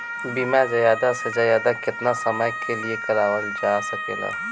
बीमा ज्यादा से ज्यादा केतना समय के लिए करवायल जा सकेला?